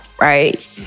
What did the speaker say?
Right